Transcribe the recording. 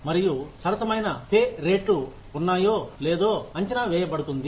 మరియు సరసమైన పే రేట్లు ఉన్నాయో లేదో అంచనా వేయబడుతుంది